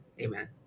Amen